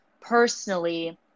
personally